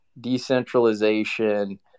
decentralization